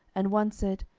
and one said,